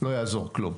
לא יעזור כלום,